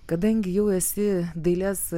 kadangi jau esi dailės